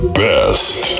best